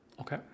Okay